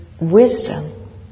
wisdom